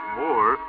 more